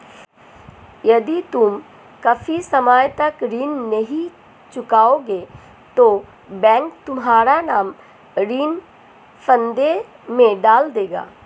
यदि तुम काफी समय तक ऋण नहीं चुकाओगे तो बैंक तुम्हारा नाम ऋण फंदे में डाल देगा